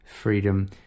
freedom